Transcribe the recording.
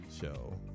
show